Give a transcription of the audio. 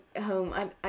home